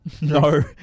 No